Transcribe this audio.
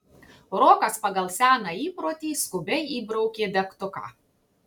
rokas pagal seną įprotį skubiai įbraukė degtuką